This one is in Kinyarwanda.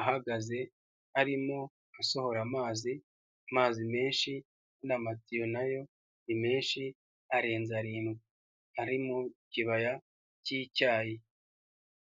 ahagaze arimo asohora amazi, amazi menshi n'amatiyo nayo ni menshi arenze arindwi ari mu kibaya cy'icyayi.